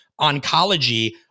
oncology